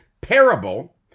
parable